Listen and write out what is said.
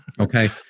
Okay